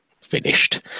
finished